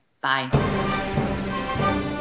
Bye